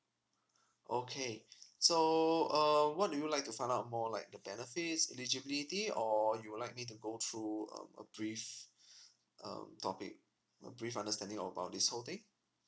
okay so uh what do you like to find out more like the benefits eligibility or you would like me to go through a a brief um topic a brief understanding about this whole thing